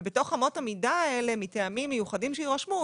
ובהן מטעמים מיוחדים שיירשמו,